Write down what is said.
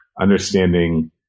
understanding